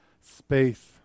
space